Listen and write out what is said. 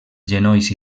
genolls